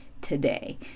today